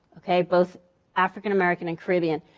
okay. both african-american and caribbean.